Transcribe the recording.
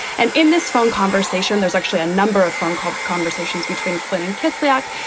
and in this phone conversation, there's actually a number of phone calls, conversations between flynt and kislyak.